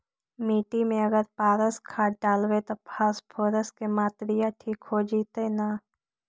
मिट्टी में अगर पारस खाद डालबै त फास्फोरस के माऋआ ठिक हो जितै न?